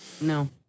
No